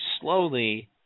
slowly